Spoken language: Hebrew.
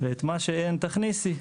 ואת מה שאין תכניסי,